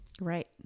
Right